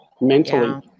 mentally